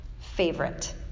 favorite